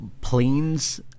planes